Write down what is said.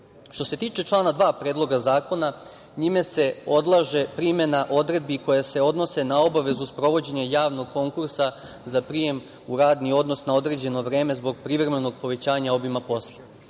se tiče član 2. Predloga zakona njime se odlaže primena odredbi koje se odnose na obavezu sprovođenja javnog konkursa za prijem u radni odnos na određeno vreme zbog privremenog povećanja obima posla.